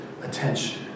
attention